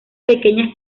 pequeñas